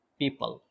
people